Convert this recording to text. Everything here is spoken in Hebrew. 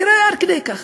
תראו, עד כדי כך.